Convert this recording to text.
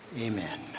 Amen